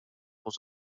was